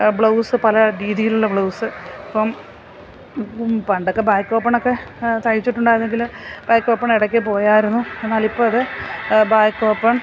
blouse പല രീതിയിലുള്ള blouse ഇപ്പം പണ്ടൊക്കെ ബാക്ക് ഓപ്പൺ ഒക്കെ തയ്ച്ചിട്ടുണ്ടായിരുന്നെങ്കിൽ ബാക്ക് ഓപ്പൺ ഇടയ്ക്ക് പോയിരുന്നു എന്നാലിപ്പം അത് ബാക്ക് ഓപ്പൺ